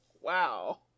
Wow